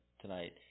Tonight